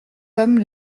hommes